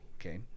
Okay